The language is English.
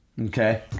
Okay